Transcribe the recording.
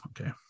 Okay